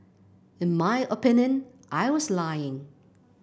in my opinion I was lying